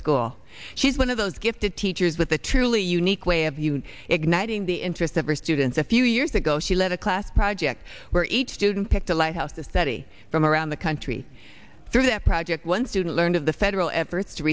school she's one of those gifted teachers with a truly unique way of you igniting the interest of her students a few years ago she led a class project where each student picked a lighthouse the study from around the country through that project one student learned of the federal efforts to